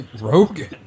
Rogan